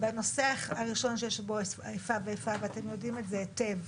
הנושא הראשון שיש בו איפה ואיפה ואתם יודעים את זה היטב,